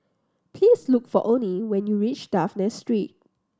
please look for Oney when you reach Dafne Street